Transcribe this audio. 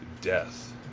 death